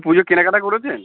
পুজোর কেনাকাটা করেছেন